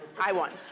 i won.